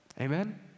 Amen